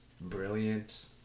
brilliant